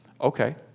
Okay